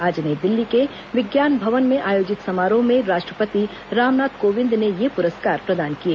आज नई दिल्ली के विज्ञान भवन में आयोजित समारोह में राष्ट्रपति रामनाथ कोविंद ने यह पुरस्कार प्रदान किए